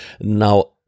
Now